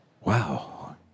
Wow